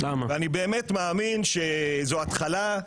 ואני באמת מאמין שזו התחלה,